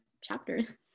chapters